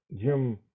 Jim